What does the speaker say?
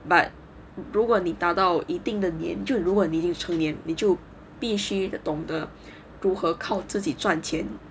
but 如果你达到一定的点就如果你已经成年你就必须的懂得如何靠自己赚钱